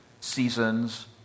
seasons